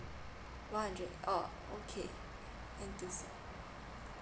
one hundred oh okay thank you